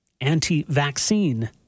anti-vaccine